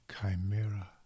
Chimera